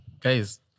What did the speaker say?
Guys